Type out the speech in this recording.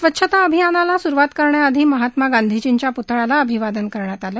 स्वच्छता अभियानाला सुरुवात करण्याआधी महात्मा गांधीर्जींच्या पृतळ्याला अभिवादन करण्यात आलं